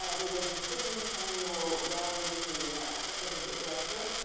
ah there was this sigmund samuel gallery of canada yeah and that was a bit desperate.